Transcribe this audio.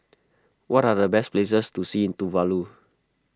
what are the best places to see in Tuvalu